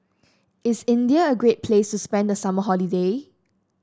is India a great place to spend the summer holiday